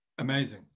amazing